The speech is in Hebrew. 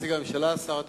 שר התקשורת.